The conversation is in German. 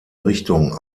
richtung